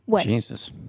Jesus